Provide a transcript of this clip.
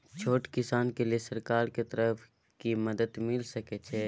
छोट किसान के लिए सरकार के तरफ कि मदद मिल सके छै?